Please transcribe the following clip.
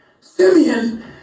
Simeon